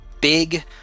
big